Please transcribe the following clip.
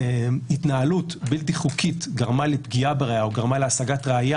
התנהלות בלתי חוקית גרמה לפגיעה בראיה או גרמה להשגת ראיה